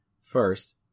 First